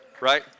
right